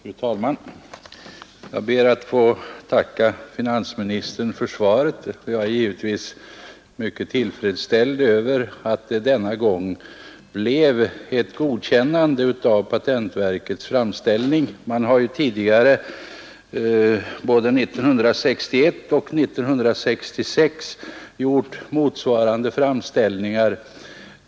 Fru talman! Jag ber att få tacka finansministern för svaret på min fråga. Jag är givetvis mycket tillfredsställd över att det denna gång kan bli ett godkännande av patentverkets framställning. Man har ju tidigare, både 1961 och 1966, gjort motsvarande framställningar.